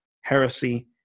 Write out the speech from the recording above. heresy